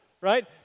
right